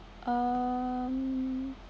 um